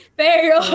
pero